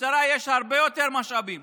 למשטרה יש הרבה יותר משאבים